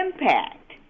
impact